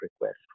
request